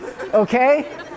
Okay